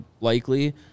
likely